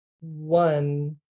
One